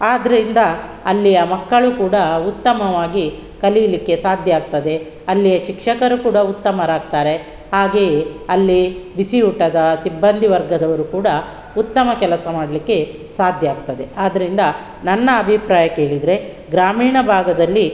ಆದ್ದರಿಂದ ಅಲ್ಲಿಯ ಮಕ್ಕಳು ಕೂಡ ಉತ್ತಮವಾಗಿ ಕಲೀಲಿಕ್ಕೆ ಸಾಧ್ಯ ಆಗ್ತದೆ ಅಲ್ಲಿಯ ಶಿಕ್ಷಕರು ಕೂಡ ಉತ್ತಮರಾಗ್ತಾರೆ ಹಾಗೆಯೇ ಅಲ್ಲಿ ಬಿಸಿಯೂಟದ ಸಿಬ್ಬಂದಿ ವರ್ಗದವರು ಕೂಡ ಉತ್ತಮ ಕೆಲಸ ಮಾಡಲಿಕ್ಕೆ ಸಾಧ್ಯ ಆಗ್ತದೆ ಆದ್ದರಿಂದ ನನ್ನ ಅಭಿಪ್ರಾಯ ಕೇಳಿದರೆ ಗ್ರಾಮೀಣ ಭಾಗದಲ್ಲಿ